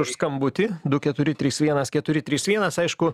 už skambutį du keturi trys vienas keturi trys vienas aišku